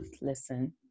Listen